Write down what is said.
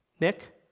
Nick